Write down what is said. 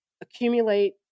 accumulate